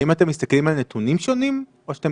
האם אתם מסתכלים על נתונים שונים או שאתם